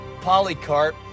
Polycarp